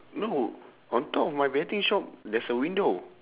no on top of my betting shop there's a window